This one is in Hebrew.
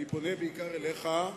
אני פונה בעיקר אליך,